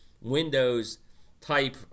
Windows-type